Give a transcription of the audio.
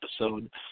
episode